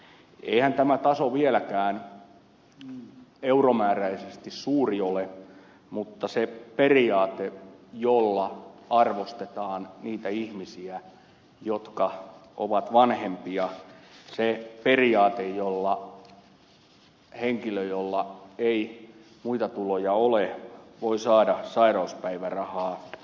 eihän tämä taso vieläkään euromääräisesti suuri ole mutta tärkeä on se periaate jolla arvostetaan niitä ihmisiä jotka ovat vanhempia se periaate jolla henkilö jolla ei muita tuloja ole voi saada sairauspäivärahaa